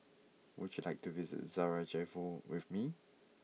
would you like to visit Sarajevo with me